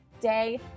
day